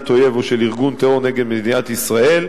אויב או של ארגון טרור נגד מדינת ישראל,